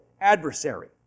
adversary